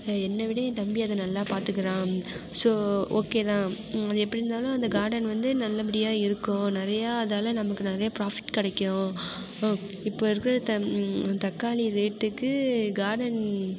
என்னை விட என் தம்பி அதை நல்லா பார்த்துக்குறான் ஸோ ஓகே தான் அது எப்படி இருந்தாலும் அந்த கார்டன் வந்து நல்ல படியாக இருக்கும் நிறையா அதால் நமக்கு நிறைய பிராஃபிட் கிடைக்கும் இப்போது இருக்கிற த தக்காளி ரேட்டுக்கு கார்டன்